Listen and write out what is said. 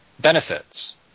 Benefits